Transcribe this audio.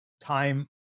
time